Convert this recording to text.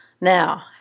Now